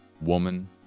woman